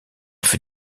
fut